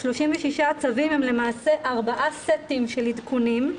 36 הצווים הם למעשה ארבעה סטים של עדכונים.